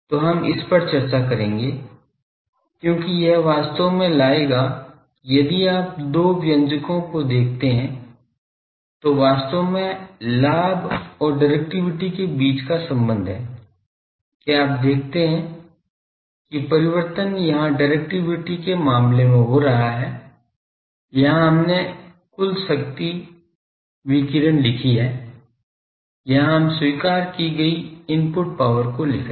तो हम इन पर चर्चा करेंगे क्योंकि यह वास्तव में लाएगा कि यदि आप दो व्यंजकों को देखते हैं वो वास्तव में लाभ और डिरेक्टिविटी के बीच का संबंध है कि आप देखते हैं कि परिवर्तन यहाँ डिरेक्टिविटी के मामले में हो रहा है यहाँ हमने कुल शक्ति विकीर्ण लिखी है यहाँ हम स्वीकार की गयी इनपुट पावर को लिख रहे हैं